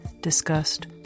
discussed